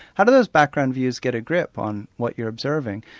how do those background views get a grip on what you're observing?